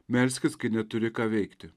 melskis kai neturi ką veikti